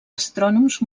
astrònoms